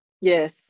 Yes